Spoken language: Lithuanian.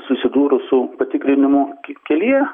susidūrus su patikrinimu k kelyje